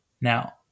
Now